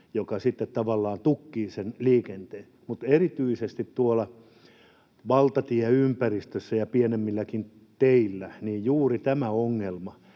joka sitten tavallaan tukkii sen liikenteen. Mutta erityisesti tuolla valtatieympäristössä ja pienemmilläkin teillä juuri tähän ongelmaan,